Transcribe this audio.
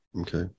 Okay